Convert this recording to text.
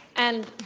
and